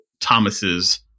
Thomas's